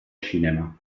cinema